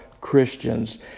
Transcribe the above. christians